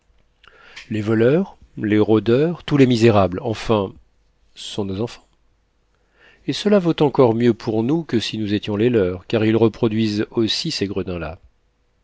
les voleurs les rôdeurs tous les misérables enfin sont nos enfants et cela vaut encore mieux pour nous que si nous étions les leurs car ils reproduisent aussi ces